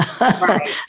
Right